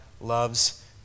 loves